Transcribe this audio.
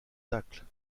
tacles